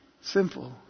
Simple